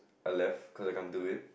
I left cause I can't do it